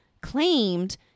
claimed